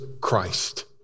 Christ